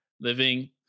living